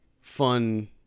fun